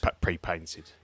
pre-painted